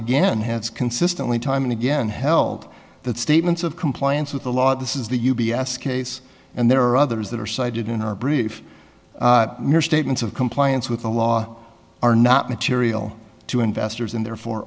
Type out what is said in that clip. again has consistently time and again held that statements of compliance with the law this is the u b s case and there are others that are cited in our brief mere statements of compliance with the law are not material to investors and therefore